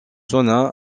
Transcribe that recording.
sonna